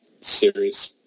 series